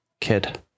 kid